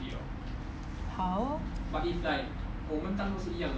好